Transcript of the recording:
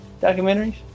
documentaries